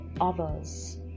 others